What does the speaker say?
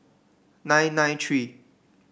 nine nine three